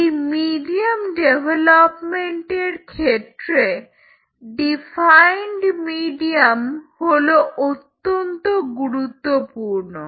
এই মিডিয়াম ডেভেলপমেন্টের ক্ষেত্রে ডিফাইন্ড মিডিয়াম হলো অত্যন্ত গুরুত্বপূর্ণ